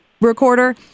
recorder